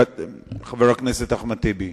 חבר הכנסת אחמד טיבי.